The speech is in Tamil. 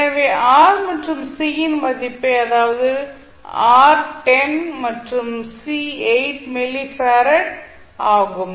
எனவே ஆர் மற்றும் இன் மதிப்பை அதாவது ஆர் 10 மற்றும் 8 மில்லி ஃபாரட் ஆகும்